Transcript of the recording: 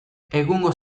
egungo